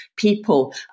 people